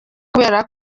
kubera